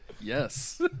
Yes